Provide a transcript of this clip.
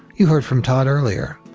you heard from todd earlier.